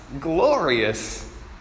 glorious